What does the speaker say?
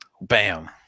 Bam